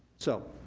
so,